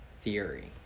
theory